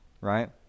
right